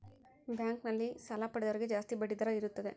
bank ನಲ್ಲಿ ಸಾಲ ಪಡೆದವರಿಗೆ ಜಾಸ್ತಿ ಬಡ್ಡಿ ದರ ಇರುತ್ತದೆ